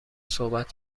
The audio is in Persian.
صحبت